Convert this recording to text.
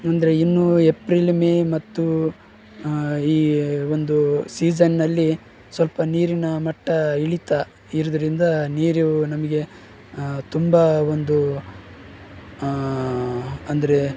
ಅಂದರೆ ಇನ್ನು April May ಮತ್ತು ಈ ಒಂದು ಸೀಸನ್ನಲ್ಲಿ ಸ್ವಲ್ಪ ನೀರಿನ ಮಟ್ಟ ಇಳೀತಾ ಇರುವುದ್ರಿಂದ ನೀರು ನಮಗೆ ತುಂಬ ಒಂದು ಅಂದರೆ